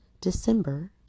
December